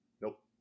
Nope